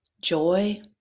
joy